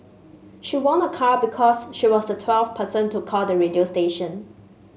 she won a car because she was the twelfth person to call the radio station